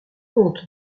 honte